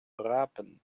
rapen